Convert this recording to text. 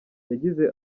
yagize